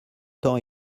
temps